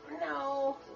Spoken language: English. No